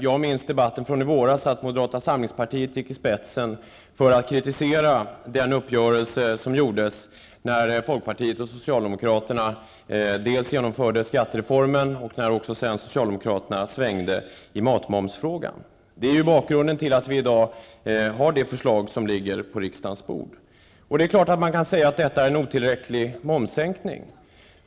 Jag minns debatten i våras, då moderata samlingspartiet gick i spetsen när det gällde att kritisera folkpartiets och socialdemokraternas uppgörelse om skattereformen och socialdemokraternas omsvängning i matmomsfrågan. Denna är bakgrunden till att vi i dag har det förslag som ligger på riksdagens bord. Visst kan man säga att momssänkningen är otillräcklig.